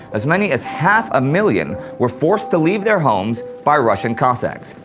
as many as half a million were forced to leave their homes by russian cossacks.